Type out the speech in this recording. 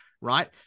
right